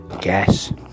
Guess